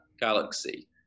galaxy